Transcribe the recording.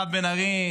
מירב בן ארי,